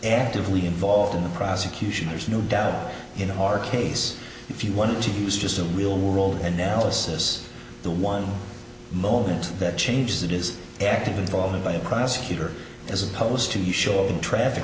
actively involved in the prosecution there's no doubt in our case if you want to use just the real world and now this is the one moment that changes that is active involvement by a prosecutor as opposed to show in traffic